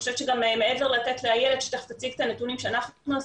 מעבר לאיילת שתיכף תציג את הנתונים שלנו,